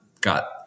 got